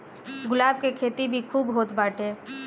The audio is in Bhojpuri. गुलाब के खेती भी खूब होत बाटे